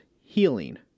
Healing